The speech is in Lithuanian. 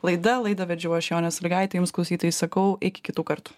laida laidą vedžiau aš jonė salygaitė jums klausytojai sakau iki kitų kartų